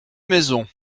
maisons